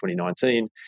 2019